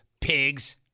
pig's